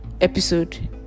episode